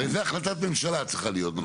הרי זה החלטת ממשלה צריכה להיות.